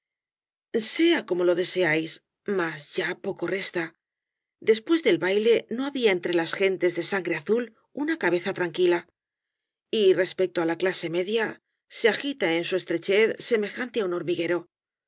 sea como lo deseáis mas ya poco resta después del baile no había entre las gentes de sangre azul una cabeza tranquila y respecto á la clase media se agita en su estrechez semejante á un hormiguero las